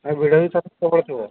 ନା ଭିଡ଼ ଭିତରେ ସବୁବେଳେ ଥିବ